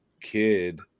kid